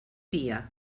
dia